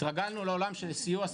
התרגלנו לעולם של סיוע,